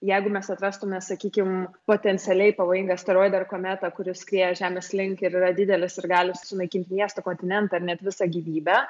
jeigu mes atrastume sakykim potencialiai pavojingą asteroidą ar kometą kuri skrieja žemės link ir yra didelis ir gali sunaikint miestą kontinentą ar net visą gyvybę